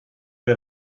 der